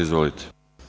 Izvolite.